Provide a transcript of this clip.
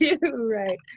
Right